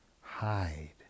hide